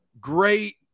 great